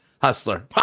Hustler